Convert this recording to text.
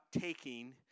taking